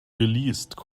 geleast